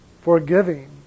forgiving